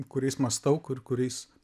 kuriais mąstau kur kuriais